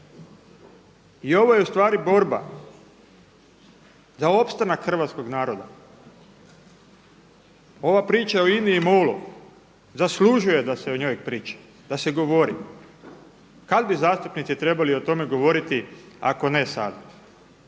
I ovo je ustvari borba za opstanak hrvatskog naroda. Ova priča o INA-i MOL-u zaslužuje da se o njoj priča, da se govori. Kada bi zastupnici trebali o tome govoriti ako ne sada?